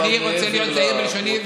אני רוצה להיות זהיר בלשוני,